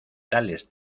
tales